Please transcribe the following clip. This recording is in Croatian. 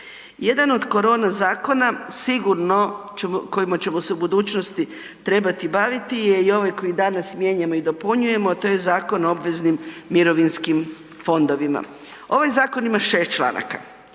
Jedan od korona zakona sigurno kojem ćemo se u budućnosti trebati baviti je i ovaj koji danas mijenjamo i dopunjujemo, a to je Zakon o obveznim mirovinskim fondovima. Ovaj zakon ima 6 članaka,